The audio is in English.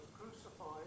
crucified